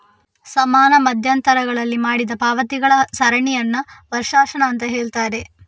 ಸಮಾನ ಮಧ್ಯಂತರಗಳಲ್ಲಿ ಮಾಡಿದ ಪಾವತಿಗಳ ಸರಣಿಯನ್ನ ವರ್ಷಾಶನ ಅಂತ ಹೇಳ್ತಾರೆ